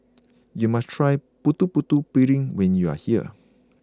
you must try Putu Putu Piring when you are here